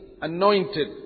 anointed